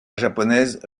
japonaise